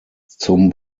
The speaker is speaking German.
zum